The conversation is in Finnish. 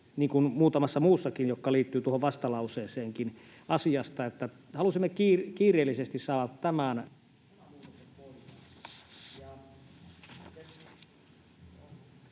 niin kuin muutamassa muussakin asiassa, jotka liittyvät tuohon vastalauseeseenkin — että halusimme kiireellisesti saada tämän